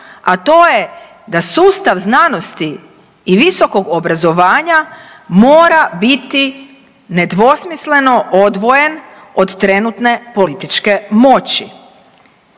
a to je da sustav znanosti i visokog obrazovanja mora biti nedvosmisleno odvojen od trenutne političke moći